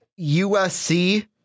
USC